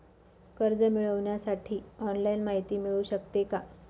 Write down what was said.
कर्ज मिळविण्यासाठी ऑनलाईन माहिती मिळू शकते का?